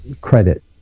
credit